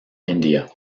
india